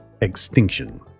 extinction